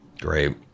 Great